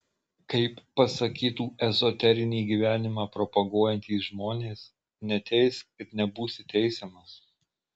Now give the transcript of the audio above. kaip pasakytų ezoterinį gyvenimą propaguojantys žmonės neteisk ir nebūsi teisiamas